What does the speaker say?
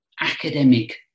academic